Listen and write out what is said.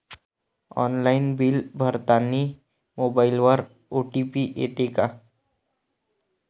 Online bill भरतानी मोबाईलवर OTP येते का?